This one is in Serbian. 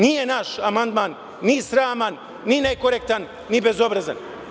Nije naš amandman ni sraman, ni nekorektan, ni bezobrazan.